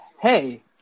Hey